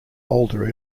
older